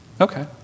Okay